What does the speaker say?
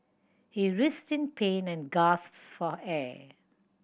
he writhed in pain and for air